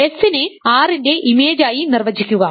S നെ R ന്റെ ഇമേജായി നിർവചിക്കുക